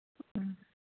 ꯑꯥ